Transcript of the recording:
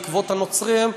בעקבות הנוצרים,